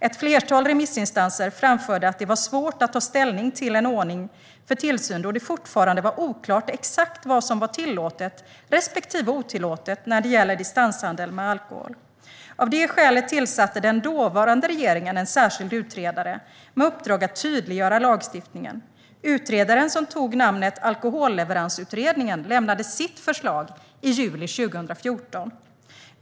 Ett flertal remissinstanser framförde att det var svårt att ta ställning till en ordning för tillsyn, då det fortfarande var oklart exakt vad som var tillåtet respektive otillåtet när det gäller distanshandel med alkohol. Av det skälet tillsatte den dåvarande regeringen en särskild utredare med uppdrag att tydliggöra lagstiftningen. Utredaren, som tog namnet Alkoholleveransutredningen, lämnade sitt förslag i juli 2014.